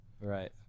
Right